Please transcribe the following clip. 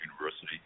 University